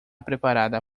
preparada